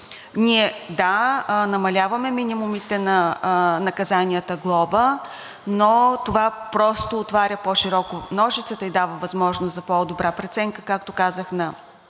Ние, да, намаляваме минимумите на наказанията „глоба“, но това просто отваря по-широко ножицата и дава възможност за по добра преценка, както казах, на